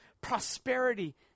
prosperity